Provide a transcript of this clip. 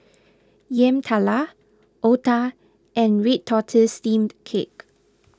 Yam Talam Otah and Red Tortoise Steamed Cake